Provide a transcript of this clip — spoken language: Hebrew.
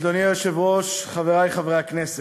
אדוני היושב-ראש, חברי חברי הכנסת,